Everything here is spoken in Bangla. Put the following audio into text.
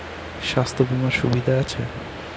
স্বাস্থ্য বিমার সুবিধা আছে?